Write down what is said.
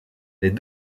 les